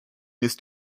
ist